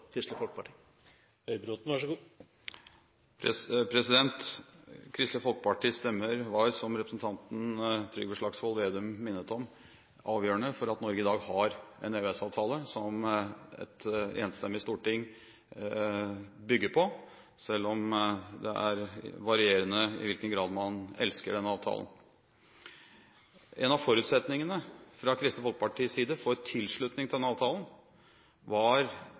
Kristelig Folkeparti? Kristelig Folkepartis stemmer var, som representanten Trygve Slagsvold Vedum minnet om, avgjørende for at Norge i dag har en EØS-avtale som et enstemmig storting bygger på, selv om det er varierende i hvilken grad man elsker denne avtalen. En av forutsetningene fra Kristelig Folkepartis side for tilslutning til denne avtalen var